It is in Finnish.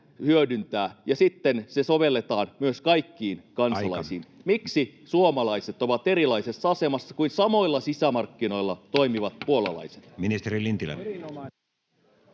ja sitten se sovelletaan myös kaikkiin kansalaisiin. [Puhemies: Aika!] Miksi suomalaiset ovat erilaisessa asemassa kuin samoilla sisämarkkinoilla toimivat [Puhemies